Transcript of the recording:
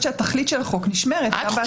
את לא כתבת את החוק.